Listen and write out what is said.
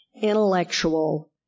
intellectual